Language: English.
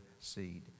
seed